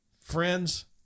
friends